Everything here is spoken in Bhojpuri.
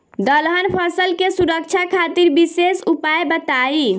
दलहन फसल के सुरक्षा खातिर विशेष उपाय बताई?